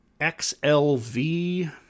XLV